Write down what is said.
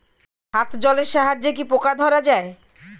হাত জলের সাহায্যে কি পোকা ধরা যায়?